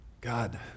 God